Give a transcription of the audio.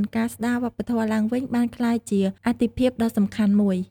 ៩ ការស្តារវប្បធម៌ឡើងវិញ បានក្លាយជាអាទិភាពដ៏សំខាន់មួយ។